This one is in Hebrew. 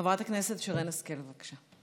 חברת הכנסת שרן השכל, בבקשה.